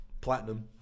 Platinum